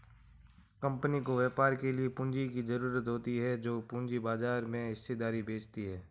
company को व्यापार के लिए पूंजी की ज़रूरत होती है जो पूंजी बाजार में हिस्सेदारी बेचती है